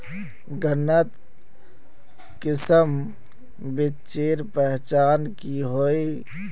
गन्नात किसम बिच्चिर पहचान की होय?